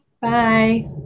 Bye